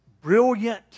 Brilliant